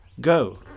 Go